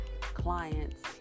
clients